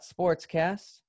Sportscast